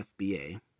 FBA